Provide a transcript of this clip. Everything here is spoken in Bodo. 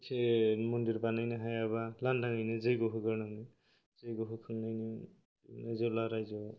मन्दिर बानायनो हायाबा लानदाङैनो जय्ग होग्रोनांगौ जय्ग होखांनानै जेब्ला रायजोआव